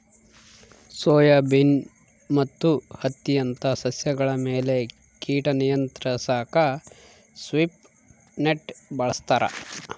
soybean ಮತ್ತು ಹತ್ತಿಯಂತ ಸಸ್ಯಗಳ ಮೇಲೆ ಕೀಟ ನಿಯಂತ್ರಿಸಾಕ ಸ್ವೀಪ್ ನೆಟ್ ಬಳಸ್ತಾರ